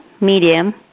medium